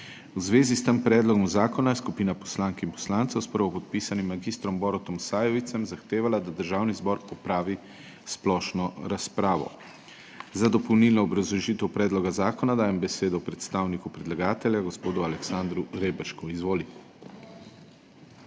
V zvezi s tem predlogom zakona je skupina poslank in poslancev s prvopodpisanim mag. Borutom Sajovicem zahtevala, da Državni zbor opravi splošno razpravo. Za dopolnilno obrazložitev predloga zakona dajem besedo predstavniku predlagatelja gospodu Aleksandru Reberšku. Izvoli.